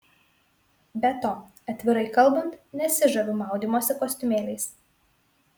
be to atvirai kalbant nesižaviu maudymosi kostiumėliais